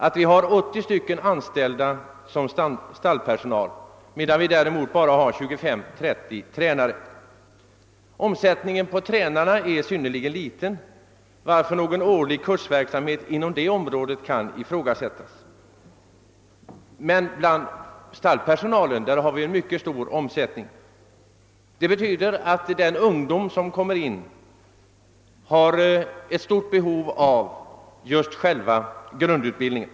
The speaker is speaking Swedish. Stallpersonalen omfattar 80 anställda, medan vi däremot bara har 25—530 tränare. Omsättningen på tränarna är synnerligen liten, varför behovet av årlig kursverksamhet inom det området kan ifrågasättas. Men i fråga om stallpersonalen har vi en mycket stor omsättning. Det betyder att den ungdom" som kommer in där har ett stort behov just av själva grundutbildningen.